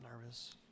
nervous